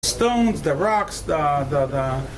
Stones, The rocks, דה-דה-דה